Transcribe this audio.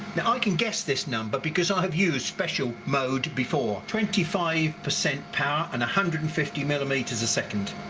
now i can guess this number because i have used special mode before, twenty five percent power and a hundred and fifty millimeters a second